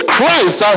Christ